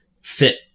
fit